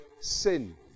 sin